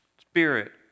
Spirit